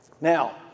Now